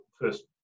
first